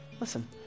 Listen